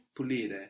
Pulire